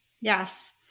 yes